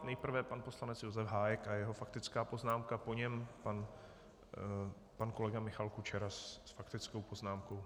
Nejprve pan poslanec Josef Hájek a jeho faktická poznámka, po něm pan kolega Michal Kučera s faktickou poznámkou.